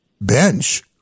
bench